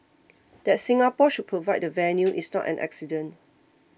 that Singapore should provide the venue is not an accident